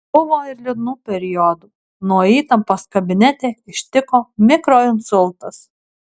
buvo ir liūdnų periodų nuo įtampos kabinete ištiko mikroinsultas